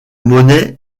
monnaie